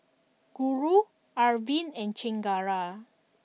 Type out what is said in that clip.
Guru Arvind and Chengara